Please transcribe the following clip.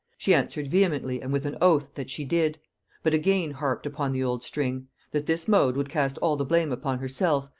she answered vehemently and with an oath, that she did but again harped upon the old string that this mode would cast all the blame upon herself,